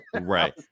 right